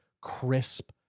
crisp